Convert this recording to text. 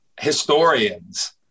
historians